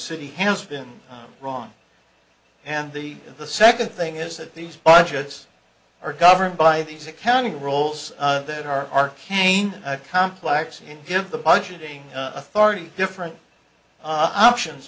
city has been wrong and the the second thing is that these budgets are governed by these accounting roles that are again complex and you give the budgeting authority different options